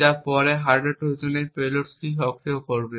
যা পরে হার্ডওয়্যার ট্রোজানের পেলোড সক্রিয় করবে